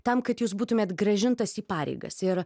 tam kad jūs būtumėt grąžintas į pareigas ir